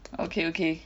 okay okay